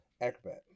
acrobat